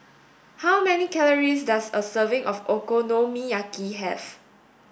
how many calories does a serving of Okonomiyaki have